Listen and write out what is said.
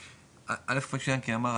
א' מה שיענקי אמר,